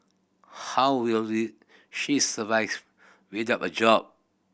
how will she survive without a job